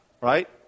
right